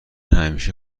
همیشه